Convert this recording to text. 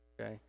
okay